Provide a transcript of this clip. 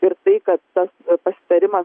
ir tai kad tas pasitarimas